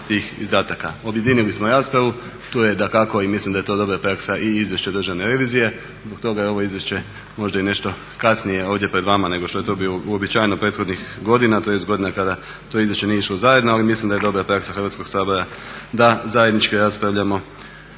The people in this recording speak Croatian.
tih izdataka. Objedinili smo raspravu, tu je dakako i mislim da je to dobra praksa i izvješće državne revizije. Zbog toga je ovo izvješće možda i nešto kasnije ovdje pred vama nego što je to bio uobičajeno prethodnih godina, tj. godina kada to izvješće nije išlo zajedno ali mislim da je dobra praksa Hrvatskog sabora da zajednički raspravljamo